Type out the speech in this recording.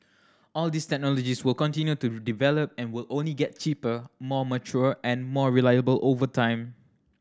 all these technologies will continue to develop and will only get cheaper more mature and more reliable over time